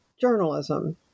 journalism